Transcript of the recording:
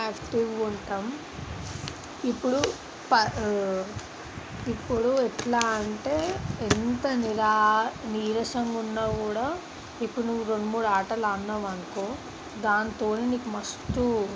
యాక్టివ్గా ఉంటాం ఇప్పుడు ప ఇప్పుడు ఎట్లా అంటే ఎంత నిరా నీరసంగా ఉన్నా కూడా ఇప్పుడు నువ్వు రెండు మూడు ఆటలు ఆడినావనుకో దానితో నీకు మస్తు